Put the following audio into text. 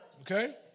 Okay